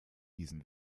diesen